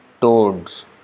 toads